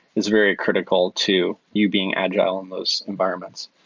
is very critical to you being agile in those environments.